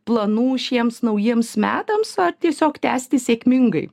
planų šiems naujiems metams ar tiesiog tęsti sėkmingai